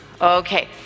Okay